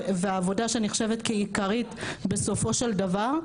והעבודה שנחשבת כעיקרית בסופו של דבר,